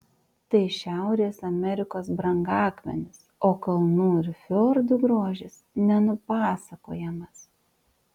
tai šiaurės amerikos brangakmenis o kalnų ir fjordų grožis nenupasakojamas